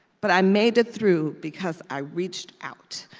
but i made it through because i reached out.